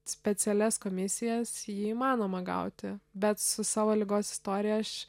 specialias komisijas jį įmanoma gauti bet su savo ligos istorija aš